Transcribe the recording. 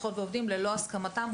לקוחות ועובדים ללא הסכמתם,